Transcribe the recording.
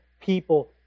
people